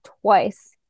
twice